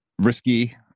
Risky